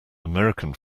american